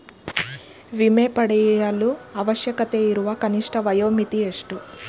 ವಿಮೆ ಪಡೆಯಲು ಅವಶ್ಯಕತೆಯಿರುವ ಕನಿಷ್ಠ ವಯೋಮಿತಿ ಎಷ್ಟು?